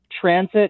transit